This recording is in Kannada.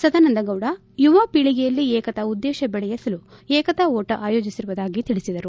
ಸದಾನಂದಗೌಡ ಯುವ ಪೀಳಿಗೆಯಲ್ಲಿ ಏಕತಾ ಉದ್ದೇಶ ಬೆಳೆಸಲು ಏಕತಾ ಓಟ ಆಯೋಜಿಸಿರುವುದಾಗಿ ತಿಳಿಸಿದರು